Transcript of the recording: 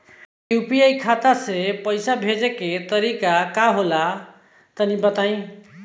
UPI खाता से पइसा भेजे के तरीका का होला तनि बताईं?